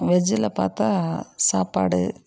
வெஜ்ஜியில் பார்த்தா சாப்பாடு